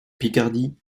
picardie